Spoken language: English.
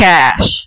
Cash